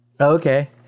Okay